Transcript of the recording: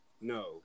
No